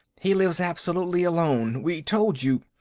he lives absolutely alone. we told you.